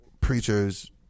preachers